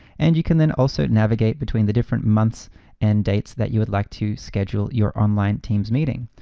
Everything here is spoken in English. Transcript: and you can then also navigate between the different months and dates that you would like to schedule your online teams meeting.